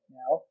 now